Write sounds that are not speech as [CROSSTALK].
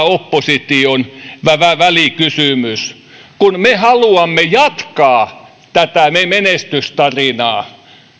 [UNINTELLIGIBLE] opposition välikysymys kun me haluamme jatkaa tätä menestystarinaa